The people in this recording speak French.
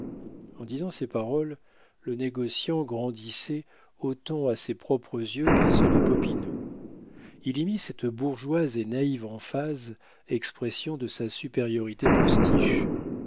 en disant ces paroles le négociant grandissait autant à ses propres yeux qu'à ceux de popinot il y mit cette bourgeoise et naïve emphase expression de sa supériorité postiche